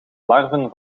larven